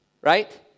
Right